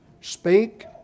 speak